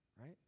right